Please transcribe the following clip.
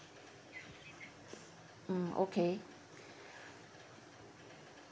mm okay